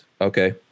Okay